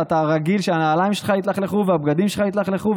ואתה רגיל שהנעליים שלך יתלכלכו והבגדים שלך יתלכלכו,